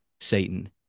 Satan